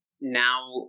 now